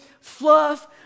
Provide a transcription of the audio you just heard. fluff